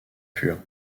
pur